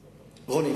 רוני,